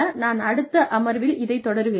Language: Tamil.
நான் அடுத்த அமர்வில் இதைத் தொடருகிறேன்